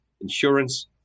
Insurance